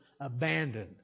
abandoned